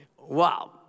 Wow